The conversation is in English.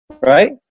Right